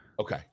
Okay